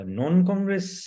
non-Congress